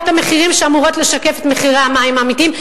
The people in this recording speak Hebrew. המחירים שאמורות לשקף את מחירי המים האמיתיים.